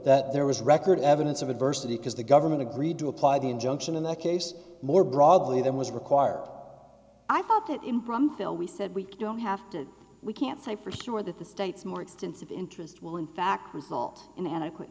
that there was a record of evidence of adversity because the government agreed to apply the injunction in that case more broadly than was required i thought that impromptu we said we don't have to we can't say for sure that the state's more extensive interest will in fact result in an equ